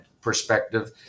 perspective